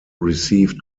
received